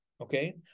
Okay